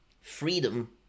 Freedom